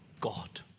God